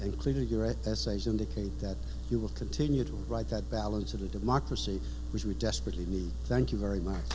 cleated essays indicate that you will continue to write that balance of the democracy which we desperately need thank you very much